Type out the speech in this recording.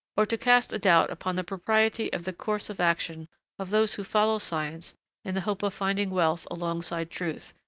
or to cast a doubt upon the propriety of the course of action of those who follow science in the hope of finding wealth alongside truth,